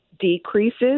decreases